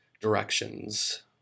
directions